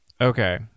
Okay